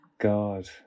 God